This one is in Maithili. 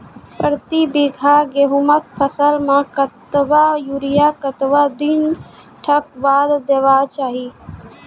प्रति बीघा गेहूँमक फसल मे कतबा यूरिया कतवा दिनऽक बाद देवाक चाही?